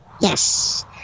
Yes